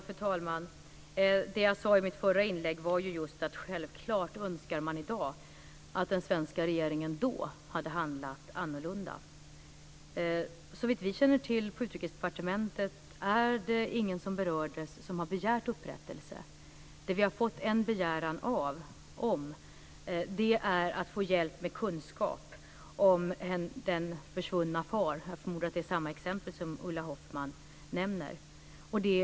Fru talman! Jag sade i mitt förra inlägg att det är självklart att man i dag önskar att den svenska regeringen då hade handlat annorlunda. Såvitt vi på Utrikesdepartementet känner till är det ingen av de berörda som har begärt upprättelse. Men vi har fått begäran om hjälp med kunskap om en försvunnen far. Jag förmodar att det är fråga om samma person som Ulla Hoffmann tog upp i sitt exempel.